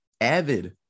avid